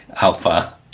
alpha